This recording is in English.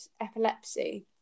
epilepsy